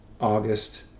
August